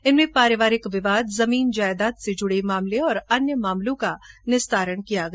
इनमें पारिवारिक विवाद जमीन जायदाद से जुड़े मामले और अन्य मामलों का निस्तारण किया गया